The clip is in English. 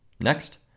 Next